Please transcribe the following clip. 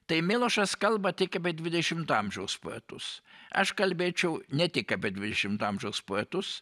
tai milošas kalba tik apie dvidešimto amžiaus poetus aš kalbėčiau ne tik apie dvidešimto amžiaus poetus